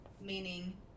meaning